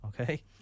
okay